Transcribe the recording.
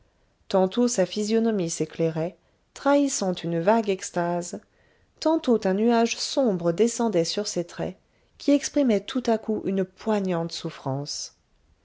tantôt sa physionomie s'éclairait trahissant une vague extase tantôt un nuage sombre descendait sur ses traits qui exprimaient tout à coup une poignante souffrance